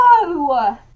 No